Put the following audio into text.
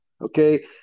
okay